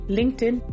LinkedIn